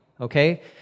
okay